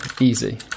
easy